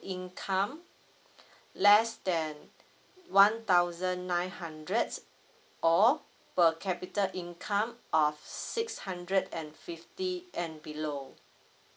income less than one thousand nine hundred or per capita income of six hundred and fifty and below